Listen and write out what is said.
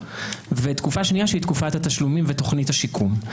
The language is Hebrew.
ושנייה שהיא תקופת התשלומים ותוכנית השיקום.